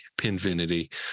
Pinfinity